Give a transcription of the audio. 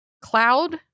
cloud